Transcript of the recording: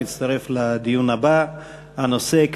שמצטרף לדיון הבא בנושא,